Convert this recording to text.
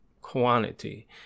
quantity